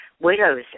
Widows